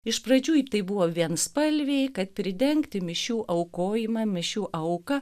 iš pradžių į tai buvo vienspalviai kad pridengti mišių aukojimą mišių auką